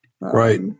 Right